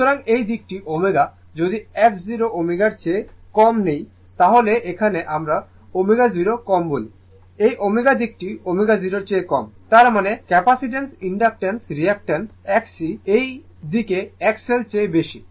সুতরাং এই দিকটি ω যদি X 0 ω এর চেয়ে কম নেই তাহলে এখানে আমরা ω0 কম বলি এই ω দিকটি ω0 চেয়ে কম তার মানে ক্যাপ্যাসিট্যান্স ইনডাক্টেন্স রিঅ্যাক্টেন্স XC এটি এই দিকে XL চেয়ে বেশি